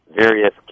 various